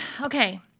Okay